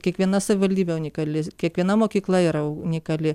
kiekviena savivaldybė unikali kiekviena mokykla yra unikali